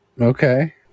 Okay